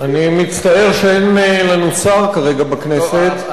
אני מצטער שאין לנו שר כרגע בכנסת.